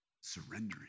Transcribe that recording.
Surrendering